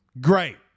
Great